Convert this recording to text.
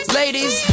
ladies